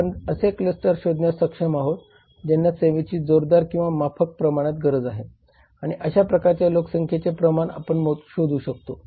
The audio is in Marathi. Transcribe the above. आपण असे क्लस्टर शोधण्यास सक्षम आहोत ज्यांना सेवेची जोरदार किंवा माफक प्रमाणात गरज आहे आणि अशा प्रकारच्या लोकसंख्येचे प्रमाण आपण शोधू शकतो